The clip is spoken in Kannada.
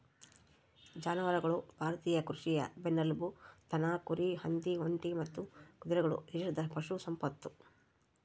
ಜಾನುವಾರುಗಳು ಭಾರತೀಯ ಕೃಷಿಯ ಬೆನ್ನೆಲುಬು ದನ ಕುರಿ ಹಂದಿ ಒಂಟೆ ಮತ್ತು ಕುದುರೆಗಳು ದೇಶದ ಪಶು ಸಂಪತ್ತು